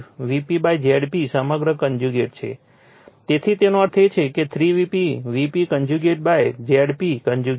Vp Zp સમગ્ર conjugate હશે તેથી તેનો અર્થ એ છે કે 3 Vp Vp conjugate Zp conjugate